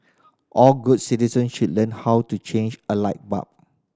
all good citizens should learn how to change a light bulb